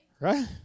right